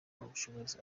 ubushobozi